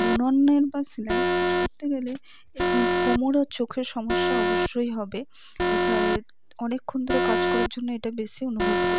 বুননের বা সেলাইয়ের কাজ কত্তে গেলে কোমর আর চোখের সমস্যা অবশ্যই হবে অনেকক্ষণ ধরে কাজ করার জন্য এটা বেশি অনুভব কত্তাম